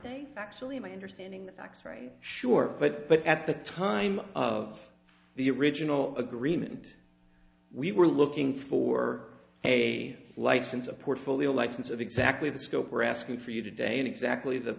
actually my understanding the facts very sure but but at the time of the original agreement we were looking for a license a portfolio license of exactly the scope we're asking for you today and exactly the